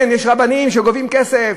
כן, יש רבנים שגובים כסף.